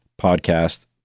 Podcast